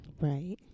Right